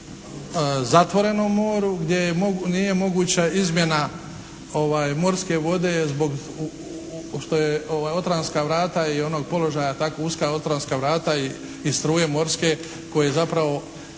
zatvorenom moru gdje nije moguća izmjena morske vode zbog što je Otranska vrata i onog položaja, tako uska Otranska vrata i struje morske koje zapravo